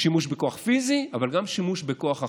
שימוש בכוח פיזי, אבל גם שימוש בכוח החוק,